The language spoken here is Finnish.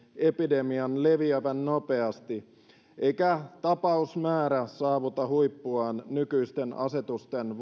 epidemian leviävän nopeasti eikä tapausmäärä saavuta huippuaan nykyisten asetusten